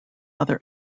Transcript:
other